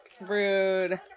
rude